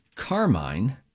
Carmine